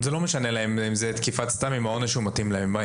זה לא משנה להם אם זו תקיפת סתם אם העונש מתאים להם,